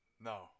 No